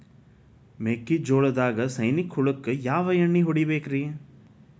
ಮೆಕ್ಕಿಜೋಳದಾಗ ಸೈನಿಕ ಹುಳಕ್ಕ ಯಾವ ಎಣ್ಣಿ ಹೊಡಿಬೇಕ್ರೇ?